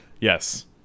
Yes